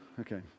Okay